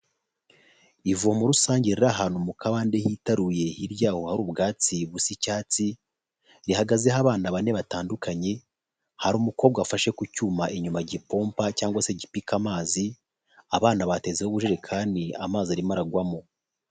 Ivomo rusange riri ahantu mu kabande hitaruye hirya yaho hari ubwatsi busa icyatsi, rihagazeho abana bane batandukanye, hari umukobwa wafashe ku cyuma inyuma gipompa cyangwa se gipika amazi, abana batezeho ubujejikani amazi arimo aragwamo.